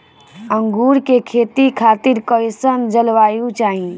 अंगूर के खेती खातिर कइसन जलवायु चाही?